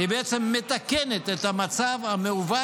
היא בעצם מתקנת את המצב המעוות.